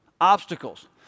obstacles